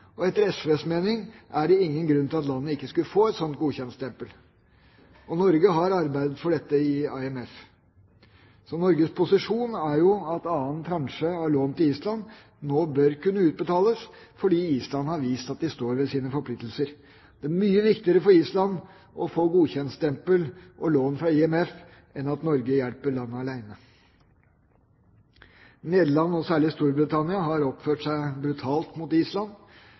Etter SVs mening er det ingen grunn til at landet ikke skulle få et slikt godkjentstempel. Norge har arbeidet for dette i IMF. Norges posisjon er at annen transje av lån til Island nå bør kunne utbetales fordi Island har vist at de står ved sine forpliktelser. Det er mye viktigere for Island å få godkjentstempel og lån fra IMF enn at Norge hjelper landet alene. Nederland og særlig Storbritannia har oppført seg brutalt mot Island.